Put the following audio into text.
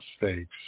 mistakes